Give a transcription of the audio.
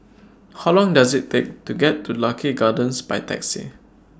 How Long Does IT Take to get to Lucky Gardens By Taxi